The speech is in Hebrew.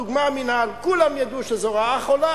לדוגמה המינהל: כולם ידעו שזו רעה חולה,